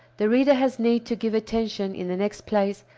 the reader has need to give attention, in the next place,